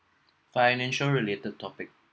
financial related topic